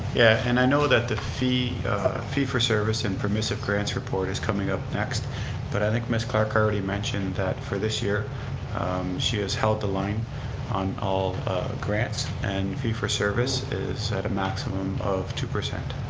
yeah, and i know that the fee fee for service and permissive grants report is coming up next but i think ms. clark already mentioned that for this year she has held the line on all grants and fee for service is at a maximum of two.